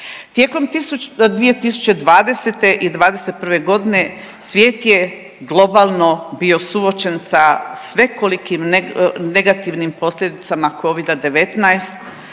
Tijekom 2020. i 2021. godine svijet je globalno bio suočen sa svekolikim negativnim posljedicama covida-19,